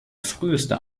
früheste